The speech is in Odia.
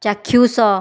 ଚାକ୍ଷୁଷ